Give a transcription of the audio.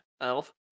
elf